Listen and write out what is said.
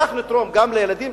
כך נתרום גם לילדים,